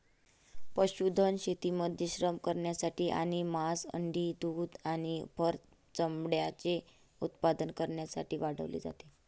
पशुधन शेतीमध्ये श्रम करण्यासाठी आणि मांस, अंडी, दूध आणि फर चामड्याचे उत्पादन करण्यासाठी वाढवले जाते